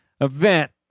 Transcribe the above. event